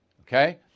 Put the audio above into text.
okay